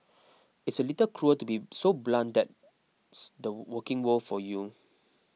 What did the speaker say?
it's a little cruel to be so blunt that's the working world for you